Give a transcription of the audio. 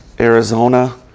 Arizona